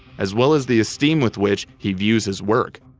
as well as the esteem with which he views his work.